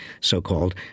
so-called